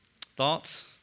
Thoughts